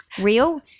real